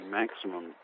maximum